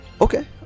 Okay